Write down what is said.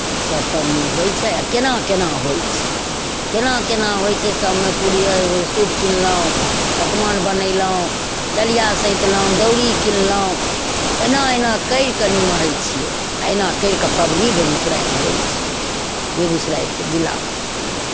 सभ पाबनि होइ छै आ केना केना होइ छै केना केना होइ छै सभमे पूड़ी अर सूप किनलहुँ पकवान बनयलहुँ डलिया सैँतलहुँ दौरी किनलहुँ एना एना करि कऽ निमहै छियै एना करि कऽ पाबनि बेगूसरायमे होइ छै बेगूसरायके जिलामे